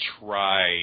try